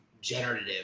generative